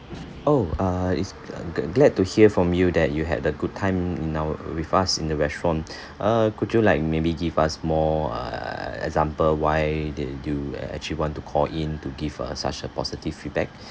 oh err is uh g~ glad to hear from you that you had a good time in our with us in the restaurant err could you like maybe give us more err example why did you actually want to call in to give err such a positive feedback